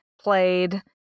played